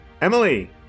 Emily